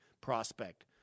prospect